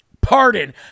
pardon